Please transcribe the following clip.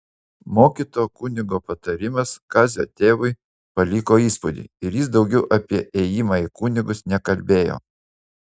mokyto kunigo patarimas kazio tėvui paliko įspūdį ir jis daugiau apie ėjimą į kunigus nekalbėjo